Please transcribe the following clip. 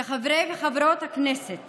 כחברי וחברות כנסת